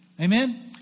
Amen